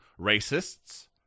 racists